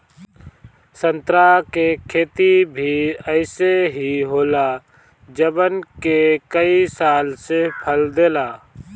संतरा के खेती भी अइसे ही होला जवन के कई साल से फल देला